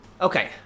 Okay